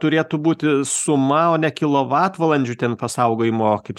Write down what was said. turėtų būti suma o ne kilovatvalandžių ten pasaugojimo kaip